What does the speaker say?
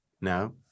No